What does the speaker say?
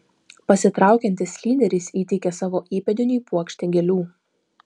pasitraukiantis lyderis įteikė savo įpėdiniui puokštę gėlių